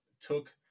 took